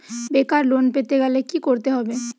বেকার লোন পেতে গেলে কি করতে হবে?